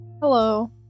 Hello